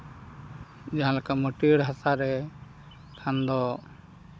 ᱡᱟᱦᱟᱸ ᱞᱮᱠ ᱢᱟᱹᱴᱭᱟᱹᱲ ᱦᱟᱥᱟ ᱨᱮ ᱠᱷᱟᱱ ᱫᱚ